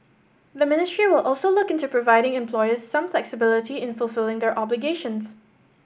the ministry will also look into providing employers some flexibility in fulfilling their obligations